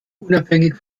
unabhängig